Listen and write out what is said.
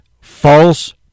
false